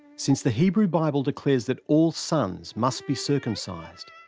since the hebrew bible declares that all sons must be circumcised,